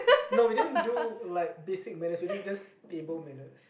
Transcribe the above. no we didn't do like basic manners we did just table manners